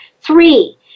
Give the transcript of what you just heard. Three